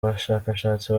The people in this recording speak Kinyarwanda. bashakashatsi